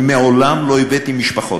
אני מעולם לא הבאתי משפחות,